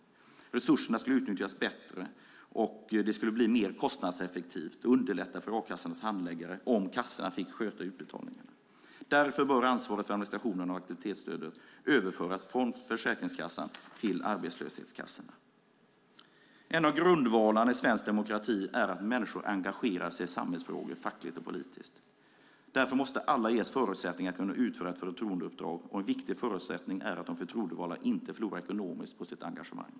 Resurserna skulle utnyttjas bättre. Det skulle bli mer kostnadseffektivt och underlätta för a-kassornas handläggare om kassorna fick sköta utbetalningarna. Därför bör ansvaret för administrationen av aktivitetsstödet överföras från Försäkringskassan till arbetslöshetskassorna. En av grundvalarna i svensk demokrati är att människor engagerar sig i samhällsfrågor fackligt och politiskt. Därför måste alla ges förutsättningar att utföra ett förtroendeuppdrag, och en viktig förutsättning för det är att de förtroendevalda inte förlorar ekonomiskt på sitt engagemang.